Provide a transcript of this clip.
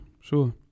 sure